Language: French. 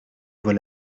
vois